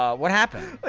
um what happened?